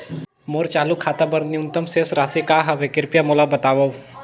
मोर चालू खाता बर न्यूनतम शेष राशि का हवे, कृपया मोला बतावव